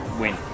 win